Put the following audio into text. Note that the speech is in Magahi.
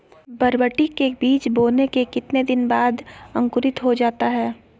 बरबटी के बीज बोने के कितने दिन बाद अंकुरित हो जाता है?